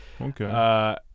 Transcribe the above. okay